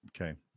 okay